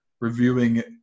reviewing